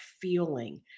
feeling